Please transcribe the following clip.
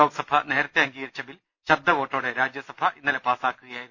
ലോക്സഭ നേരത്തെ അംഗീകരിച്ച ബിൽ ശബ്ദ വോട്ടോടെ രാജ്യസഭ ഇന്നലെ പാസ്സാക്കുകയായിരുന്നു